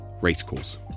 Racecourse